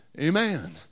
Amen